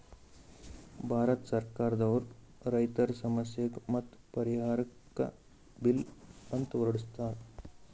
ಭಾರತ್ ಸರ್ಕಾರ್ ದವ್ರು ರೈತರ್ ಸಮಸ್ಯೆಗ್ ಮತ್ತ್ ಪರಿಹಾರಕ್ಕ್ ಬಿಲ್ ಅಂತ್ ಹೊರಡಸ್ತಾರ್